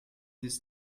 this